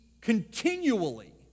continually